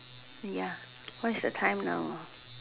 ya what's the time now